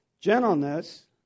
gentleness